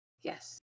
Yes